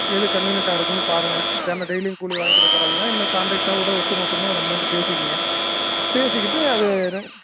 எது கன்வீனியண்ட்டாக இருக்குதுன்னு பாருங்கள் இப்போ என்ன டெய்லியும் கூலி வாங்கிக்கிறது பரவாயில்லைங்களா இல்லை காண்ட்ரேக்டாக கூட ஒட்டுமொத்தமாக ஒரு அமௌண்ட் பேசிக்கோங்க பேசிக்கிட்டு அது